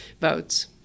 votes